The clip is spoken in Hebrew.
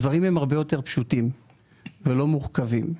הדברים הרבה יותר פשוטים ולא מורכבים.